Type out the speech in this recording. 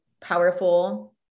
powerful